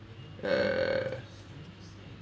err